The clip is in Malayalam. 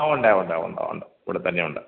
ആ ഉണ്ട് ഉണ്ട് ഉണ്ട് ഉണ്ട് ഇവിടത്തന്നെ ഉണ്ട്